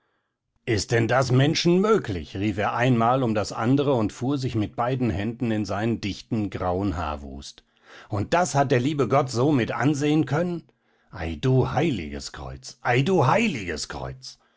ist denn das menschenmöglich rief er einmal um das andere und fuhr sich mit beiden händen in seinen dichten grauen haarwust und das hat der liebe gott so mit ansehen können ei du heiliges kreuz ei du heiliges kreuz